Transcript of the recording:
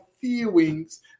feelings